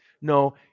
No